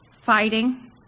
fighting